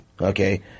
Okay